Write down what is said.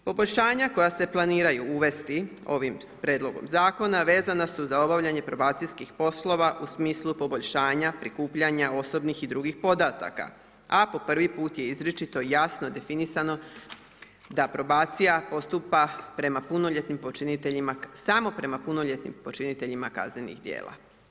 Poboljšanja koja se planiraju uvesti ovim Prijedlogom zakona vezana su za obavljanje probacijskih poslova u smislu poboljšanja prikupljanja osobnih i drugih podataka, a po prvi put je izričito jasno definirano da probacija postupa prema punoljetnim počiniteljima, samo prema punoljetnim počiniteljima kaznenih djela.